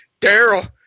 Daryl